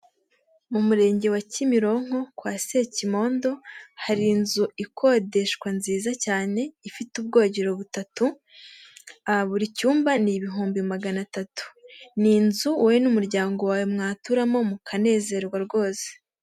Mu murenge wa Kimironko kwa Sekimondo hari inzu ikodeshwa nziza cyane, ifite ubwogero butatu, buri cyumba ni ibihumbi magana atatu. Ni inzu wowe n'umuryango wawe mwaturamo mukanezerwa rwose.